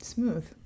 smooth